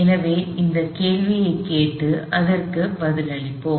எனவே அந்தக் கேள்வியைக் கேட்டு அதற்குப் பதிலளிப்போம்